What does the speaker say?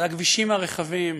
על הכבישים הרחבים,